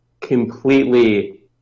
completely